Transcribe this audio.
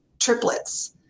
triplets